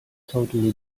totally